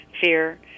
fear